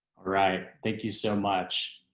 right, thank you so much.